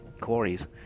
quarries